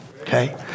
Okay